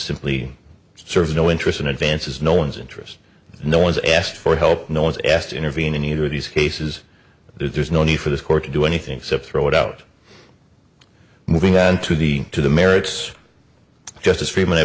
simply serves no interest in advances no one's interest no one's asked for help no one's asked to intervene in either of these cases there's no need for this court to do anything except throw it out moving on to the to the merits justice freiman i